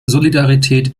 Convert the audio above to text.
solidarität